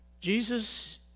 Jesus